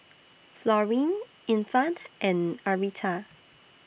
Florene Infant and Arietta